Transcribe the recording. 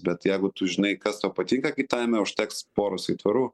bet jeigu tu žinai kas tau patinka kaitavime užteks poros aitvarų